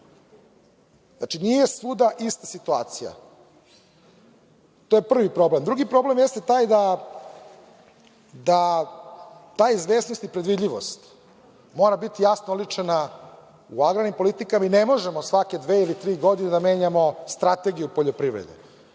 Znači, nije svuda ista situacija. To je prvi problem. Drugi problem jeste taj da ta izvesnost i predvidljivost mora biti jasno oličena u agrarnim politikama i ne možemo svake dve ili tri godine da menjamo strategiju poljoprivrede.